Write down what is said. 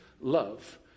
love